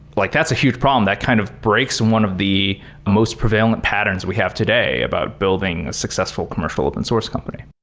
like that's a huge problem. that kind of breaks one of the most prevalent patterns we have today about building a successful commercial open source company.